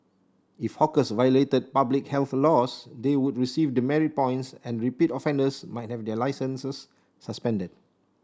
if hawkers violated public health laws they would receive demerit points and repeat offenders might have their licences suspended